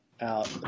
out